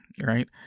right